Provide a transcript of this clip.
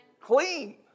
Clean